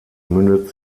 mündet